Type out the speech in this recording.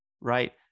right